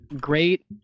great